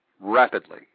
rapidly